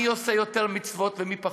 מי עושה יותר מצוות ומי פחות,